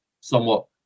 somewhat